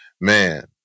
man